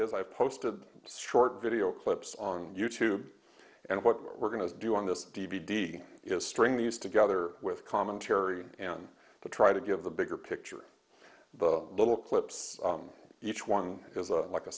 is i've posted strong video clips on you tube and what we're going to do on this d v d is string these together with commentary and to try to give the bigger picture the little clips on each one has a like a